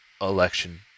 election